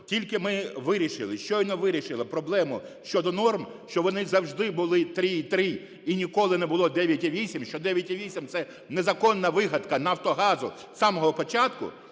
тільки ми вирішили, щойно вирішили проблему щодо норм, що вони завжди були 3,3 і ніколи не було 9,8, що 9,8 – це незаконна вигадка "Нафтогазу" з самого початку,